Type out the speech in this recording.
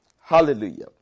Hallelujah